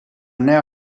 now